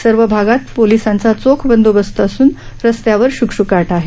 सर्व भागात पोलिसांचा चोख बंदोबस्त असून रस्त्यांवर श्कश्काट आहे